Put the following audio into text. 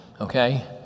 Okay